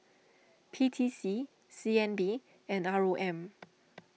P T C C N B and R O M